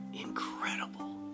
Incredible